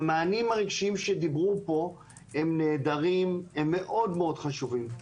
המענים הרגשיים שדיברו עליהם נהדרים ומאוד מאוד חשובים,